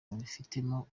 babifitemo